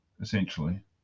essentially